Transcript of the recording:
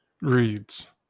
Reads